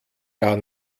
gar